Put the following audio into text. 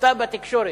הסתה בתקשורת.